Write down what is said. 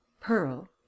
pearl